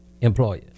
employer